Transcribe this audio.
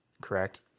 correct